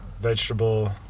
vegetable